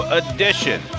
edition